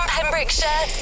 Pembrokeshire